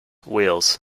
wheels